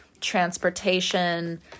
transportation